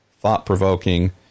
thought-provoking